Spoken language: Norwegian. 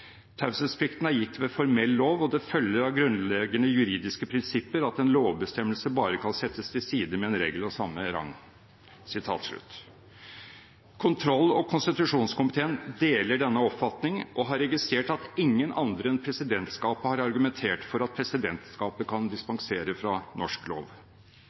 Taushetsplikten er gitt ved formell lov og det følger av grunnleggende juridiske prinsipper at en lovbestemmelse bare kan settes til side av en regel med samme rang.» Kontroll- og konstitusjonskomiteen deler denne oppfatning og har registrert at ingen andre enn presidentskapet har argumentert for at presidentskapet kan dispensere fra norsk lov.